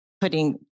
putting